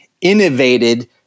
innovated